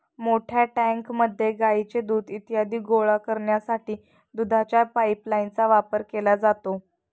मोठ्या टँकमध्ये गाईचे दूध इत्यादी गोळा करण्यासाठी दुधाच्या पाइपलाइनचा वापर केला जातो